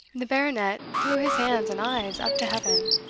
the baronet threw his hands and eyes up to heaven,